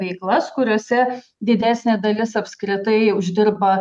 veiklas kuriose didesnė dalis apskritai uždirba